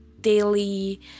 daily